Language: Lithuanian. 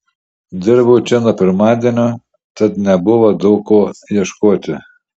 dirbau čia nuo pirmadienio tad nebuvo daug ko ieškoti